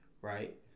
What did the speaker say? Right